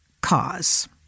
cause